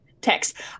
text